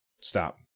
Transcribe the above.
Stop